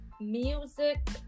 music